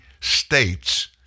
states